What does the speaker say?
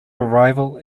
arrival